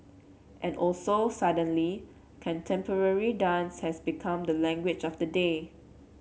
and also suddenly contemporary dance has become the language of the day